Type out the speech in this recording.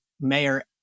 Mayor